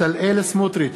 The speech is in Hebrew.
בצלאל סמוטריץ,